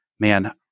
Man